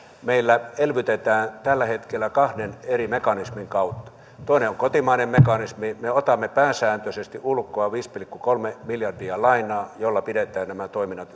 meillä elvytetään tällä hetkellä kahden eri mekanismin kautta toinen on kotimainen mekanismi me otamme pääsääntöisesti ulkoa viisi pilkku kolme miljardia lainaa jolla pidetään nämä toiminnat